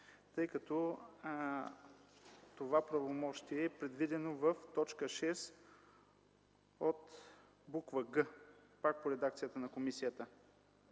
тъй като това правомощие е предвидено в т. 6 от буква „г”, пак по редакцията на комисията,